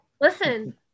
Listen